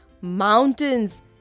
mountains